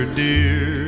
dear